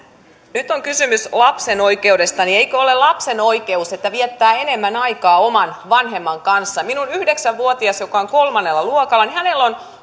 nyt on kysymys lapsen oikeudesta niin eikö ole lapsen oikeus että viettää enemmän aikaa oman vanhemman kanssa minun yhdeksän vuotiaallani joka on kolmannella luokalla on